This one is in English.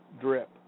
drip